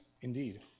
indeed